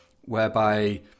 whereby